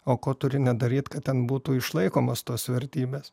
o ko turi nedaryt kad ten būtų išlaikomos tos vertybės